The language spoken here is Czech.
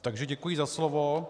Takže děkuji za slovo.